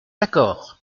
d’accord